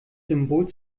symbol